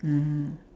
mmhmm